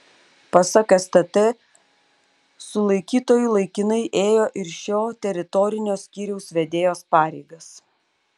pasak stt sulaikytoji laikinai ėjo ir šio teritorinio skyriaus vedėjos pareigas